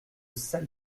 sale